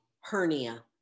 hernia